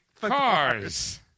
cars